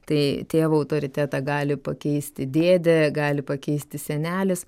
tai tėvo autoritetą gali pakeisti dėdė gali pakeisti senelis